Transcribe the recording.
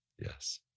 Yes